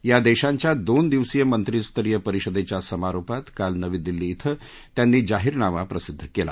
या देशांच्या दोन दिवसीय मंत्रीस्तरीय परिषदेच्या समारोपात काल नवी दिल्ली ड्रं त्यांनी जाहीरनामा प्रसिद्ध केला